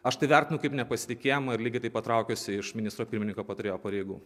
aš tai vertinu kaip nepasitikėjimą ir lygiai taip pat traukiuosi iš ministro pirmininko patarėjo pareigų